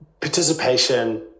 participation